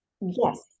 Yes